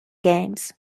games